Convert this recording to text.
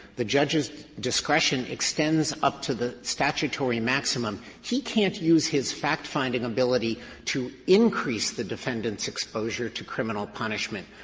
the judge's discretion extends up to the statutory maximum. he can't use his fact finding ability to increase the defendant's exposure to criminal punishment.